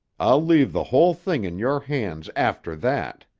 i'll leave the whole thing in your hands after that.